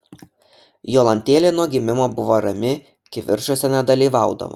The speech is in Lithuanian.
jolantėlė nuo gimimo buvo rami kivirčuose nedalyvaudavo